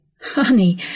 Honey